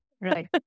Right